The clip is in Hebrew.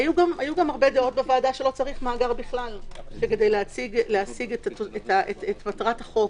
היו גם הרבה דעות בוועדה שלא צריך מאגר בכלל; שלהשיג את מטרת החוק